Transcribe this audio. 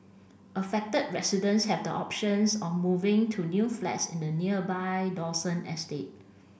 affected residents have the options on moving to new flats in the nearby Dawson estate